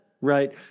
right